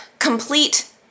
complete